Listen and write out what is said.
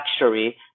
luxury